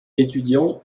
étudiant